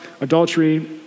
adultery